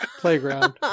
playground